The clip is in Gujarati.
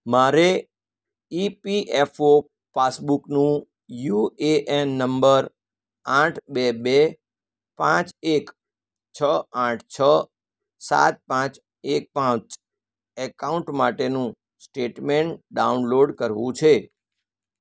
મારે ઇપીએફઓ પાસબુકનું યુ એ એન નંબર આઠ બે બે પાંચ એક છ આઠ છ સાત પાંચ એક પાંચ એકાઉન્ટ માટેનું સ્ટેટમેન્ટ ડાઉનલોડ કરવું છે